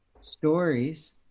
stories